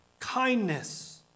Kindness